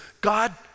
God